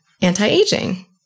anti-aging